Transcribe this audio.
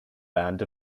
band